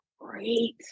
great